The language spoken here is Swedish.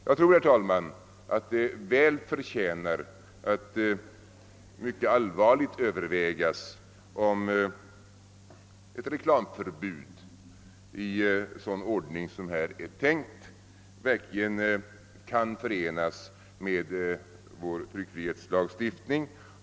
Jag tror, herr talman, att det väl förtjänar att mycket allvarligt övervägas om ett reklamförbud i sådan ordning som här är tänkt verkligen kan förenas med vår tryckfrihetslagstiftning.